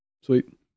Sweet